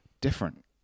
different